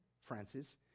Francis